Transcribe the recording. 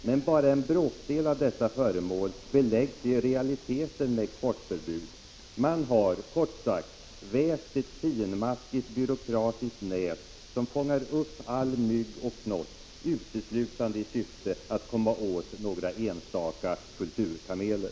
Men bara en bråkdel av dessa föremål ——— beläggs i realiteten med exportförbud. ——— Man har kort sagt vävt ett finmaskigt byråkratiskt nät som fångar upp all mygg och knott uteslutande i syfte att komma åt några enstaka kulturkameler.”